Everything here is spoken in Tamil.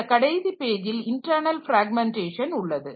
இந்தக் கடைசி பேஜில் இன்டர்ணல் பிராக்மெண்டேஷன் உள்ளது